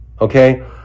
Okay